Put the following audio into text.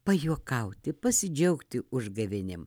pajuokauti pasidžiaugti užgavėnėm